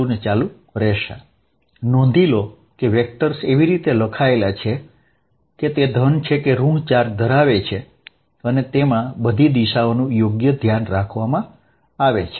Fnet14π0qQ1r12r1Q2r22r2 નોંધો કે વેક્ટર્સ એવી રીતે લખાયેલા છે કે તે ધન છે કે ઋણ ચાર્જ ધરાવે છે તેનું ધ્યાન રાખેલું છે અને તેમા બધી દિશાઓનું પણ યોગ્ય ધ્યાન રાખવામાં આવેલ છે